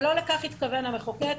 ולא לכך התכוון המחוקק.